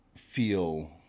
feel